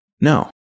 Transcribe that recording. No